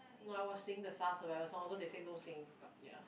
no I was singing the sars survivor song although they say no singing but ya